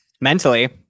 Mentally